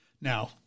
now